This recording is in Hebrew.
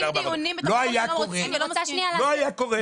לא היה קורה.